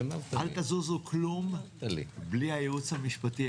אל תזוזו כלום בלי הייעוץ המשפטי,